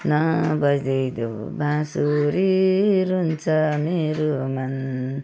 नबजाई देऊ बाँसुरी रुन्छ मेरो मन